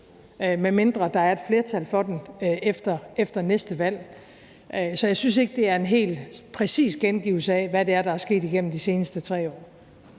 medmindre der er et flertal for den efter næste valg, så jeg synes ikke, det er en helt præcis gengivelse af, hvad det er, der er sket igennem de seneste 3 år.